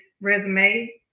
resume